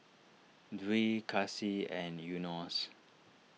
Dwi Kasih and Yunos